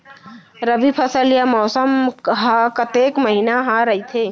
रबि फसल या मौसम हा कतेक महिना हा रहिथे?